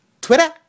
Twitter